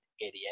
idiot